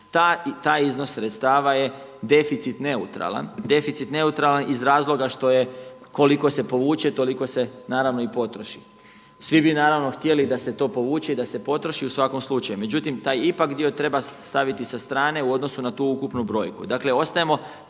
Taj iznos sredstava je deficit neutralan. Deficit neutralan iz razloga što je, koliko se povuče toliko se naravno i potroši. Svi bi naravno htjeli da se to povuče i da se potroši u svakom slučaju. Međutim, taj ipak dio treba staviti sa strane u odnosu na tu ukupnu brojku.